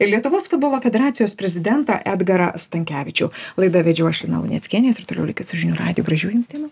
ir lietuvos futbolo federacijos prezidentą edgarą stankevičių laidą vedžiau aš lina luneckienė jūs ir toliau likit su žinių radiju gražių jums dienų